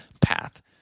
path